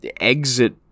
Exit